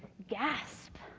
gasp!